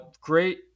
great